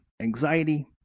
anxiety